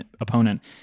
opponent